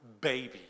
baby